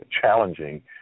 challenging